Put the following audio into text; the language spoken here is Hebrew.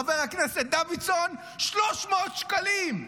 חבר הכנסת דוידסון, 300 שקלים.